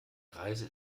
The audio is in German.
reise